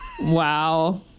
wow